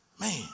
Man